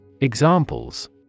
Examples